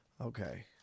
Okay